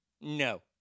No